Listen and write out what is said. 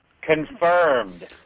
confirmed